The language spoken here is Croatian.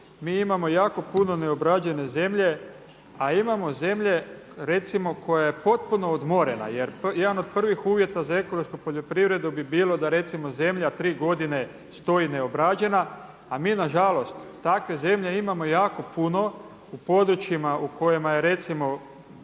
Mi imao jako puno neobrađene zemlje a imamo zemlje recimo koja je potpuno odmorena, jer jedan od prvih uvjeta za ekološku poljoprivredu bi bilo da recimo zemlja 3 godine stoji neobrađena a mi nažalost takve zemlje imamo jako puno u područjima u kojima je recimo